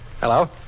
Hello